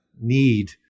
need